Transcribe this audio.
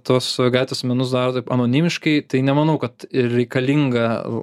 tos gatvės menus daro taip anonimiškai tai nemanau kad reikalinga